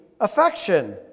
affection